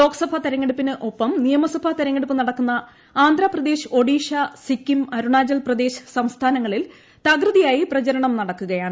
ലോക്സഭാ തെരഞ്ഞടുപ്പിന് ഒപ്പം നിയമസഭാ തെരഞ്ഞെടുപ്പ് നടക്കുന്ന ആന്ധ്രപ്രദേശ് ഒഡീഷ സിക്കിം അരുണാചൽപ്രദേശ് സംസ്ഥാനങ്ങളിൽ തകൃതിയായി പ്രചരണം നടക്കുകയാണ്